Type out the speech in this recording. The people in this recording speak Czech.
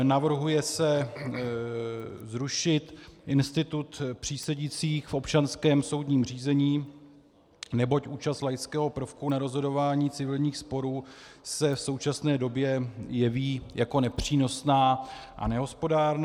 Navrhuje se zrušit institut přísedících v občanském soudním řízení, neboť účast laického prvku na rozhodování civilních sporů se v současné době jeví jako nepřínosná a nehospodárná.